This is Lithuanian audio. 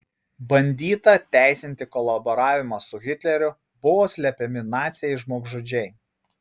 bandyta teisinti kolaboravimą su hitleriu buvo slepiami naciai žmogžudžiai